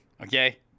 Okay